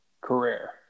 career